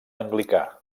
anglicà